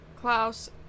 Klaus